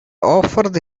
offered